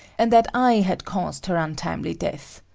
and that i had caused her untimely death.